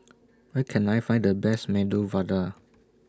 Where Can I Find The Best Medu Vada